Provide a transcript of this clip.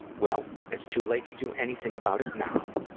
well, it's too late to do anything about it now.